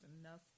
enough